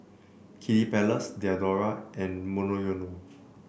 Kiddy Palace Diadora and Monoyono